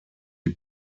die